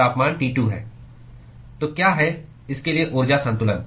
तो क्या है इसके लिए ऊर्जा संतुलन